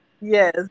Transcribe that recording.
Yes